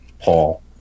Paul